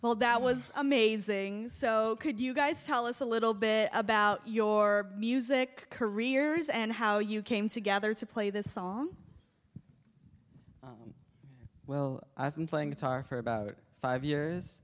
well that was amazing so could you guys tell us a little bit about your music careers and how you came together to play this song well i've been playing guitar for about five years